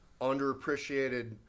underappreciated